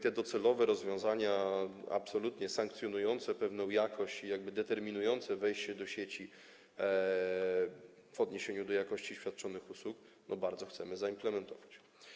Te docelowe rozwiązania, absolutnie sankcjonujące pewną jakość i jakby determinujące wejście do sieci w odniesieniu do jakości świadczonych usług, bardzo chcemy zaimplementować.